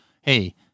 hey